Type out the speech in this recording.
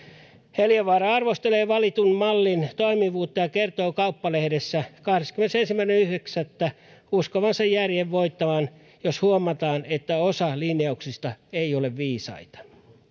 heliövaara arvostelee valitun mallin toimivuutta ja kertoo kauppalehdessä kahdeskymmenesensimmäinen yhdeksättä uskovansa järjen voittavan jos huomataan että osa linjauksista ei ole viisaita